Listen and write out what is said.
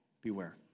Beware